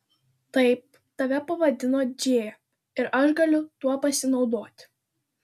taip tave pavadino džėja ir aš galiu tuo pasinaudoti